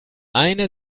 eine